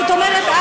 זאת אומרת,